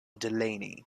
delany